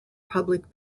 public